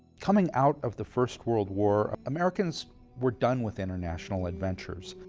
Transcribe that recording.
coming out of the first world war, americans were done with international adventures.